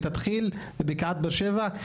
ושתתחיל בבקעת באר שבע,